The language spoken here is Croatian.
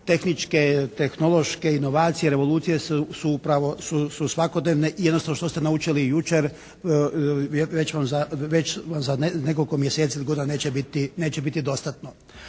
tehničke, tehnološke inovacije, revolucije su upravo, su svakodnevne i jednostavno što ste naučili jučer već vam za, već vam za nekoliko mjeseci ili godina neće biti dostatno.